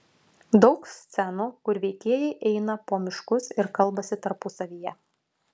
daug scenų kur veikėjai eina po miškus ir kalbasi tarpusavyje